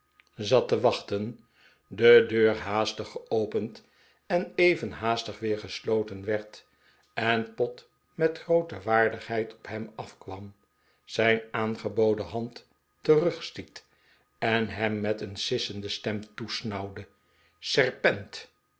zat te wachten de deur haastig geopend en even haastig weer gesloten werd en pott met groote waardigheid op hem afkwam zijn aangeboden hand terugstiet en hem met een sissende stem toesnauwde serpenti